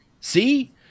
See